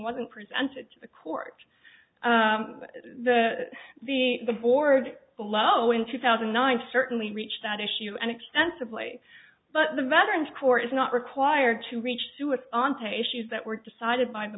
wasn't presented to the court the the the board below in two thousand and nine certainly reached that issue and extensively but the veterans court is not required to reach to it on to issues that were decided by the